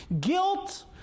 Guilt